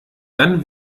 dann